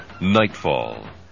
Nightfall